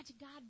God